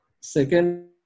Second